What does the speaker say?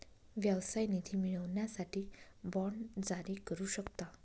व्यवसाय निधी मिळवण्यासाठी बाँड जारी करू शकता